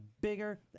bigger